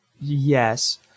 yes